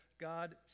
God